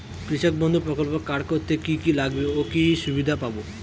কৃষক বন্ধু প্রকল্প কার্ড করতে কি কি লাগবে ও কি সুবিধা পাব?